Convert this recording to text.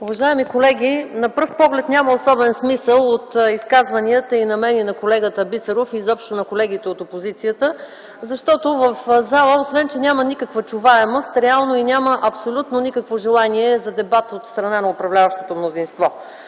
Уважаеми колеги, на пръв поглед няма особен смисъл от изказванията и на мен, и на колегата Бисеров, изобщо на колегите от опозицията, защото в залата освен че няма никаква чуваемост, реално няма абсолютно никакво желание за дебат от страна на управляващото мнозинство.